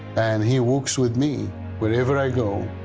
and he walks with me wherever i go.